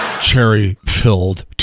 Cherry-filled